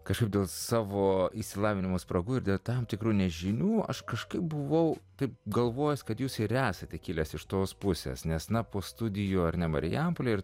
kažkaip dėl savo išsilavinimo spragų ir dėl tam tikrų nežinių aš kažkaip buvau taip galvojęs kad jūs ir esate kilęs iš tos pusės nes na po studijų ar ne marijampolė ir